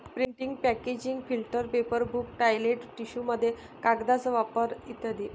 printing packaging filter paper book toilet टिश्यूमध्ये कागदाचा वापर इ